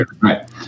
Right